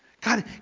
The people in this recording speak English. God